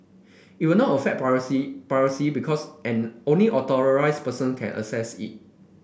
it will not affect privacy privacy because and only authorised person can access it